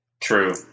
true